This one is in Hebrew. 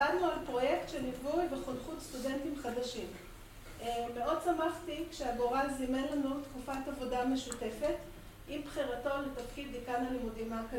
‫דיברנו על פרויקט של ליווי ‫וחונכות סטודנטים חדשים. ‫מאוד שמחתי כשהגורל זימן לנו ‫תקופת עבודה משותפת ‫עם בחירתו לתפקיד ‫דיקן הלימודים האקדמיים.